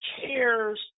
cares